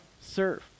serve